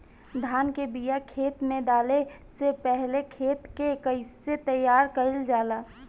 धान के बिया खेत में डाले से पहले खेत के कइसे तैयार कइल जाला?